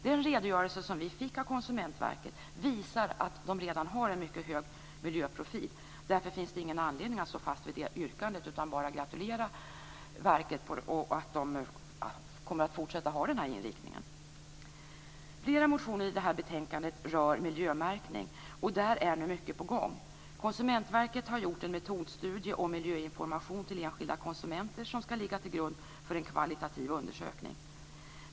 Den redogörelse som vi fick visar att Konsumentverket redan har en mycket hög miljöprofil. Därför finns det ingen anledning att stå fast vid det yrkandet. Jag gratulerar verket och hoppas att man kommer att fortsätta att ha denna inriktning. Flera motioner som behandlas i detta betänkande rör miljömärkning, och där är nu mycket på gång. Konsumentverket har gjort en metodstudie om miljöinformation till enskilda konsumenter som skall ligga till grund för en kvalitativ undersökning.